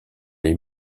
les